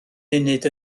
munud